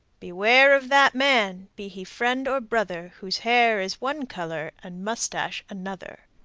beware of that man, be he friend or brother, whose hair is one color and moustache another.